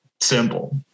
simple